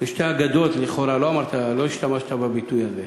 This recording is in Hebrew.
של שתי הגדות, לכאורה, לא השתמשת בביטוי הזה.